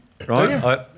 Right